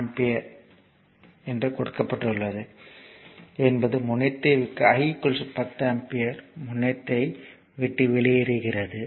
I 10 ampere என்பது முனையத்தை விட்டு வெளியேறுகிறது